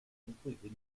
completely